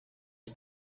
his